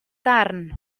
darn